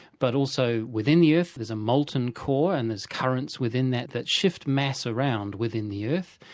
but also within the earth there's a molten core and there's currents within that that shift mass around within the earth.